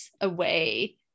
away